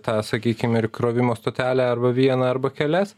tą sakykim ir įkrovimo stotelę arba vieną arba kelias